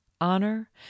honor